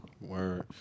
Word